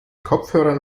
kopfhörern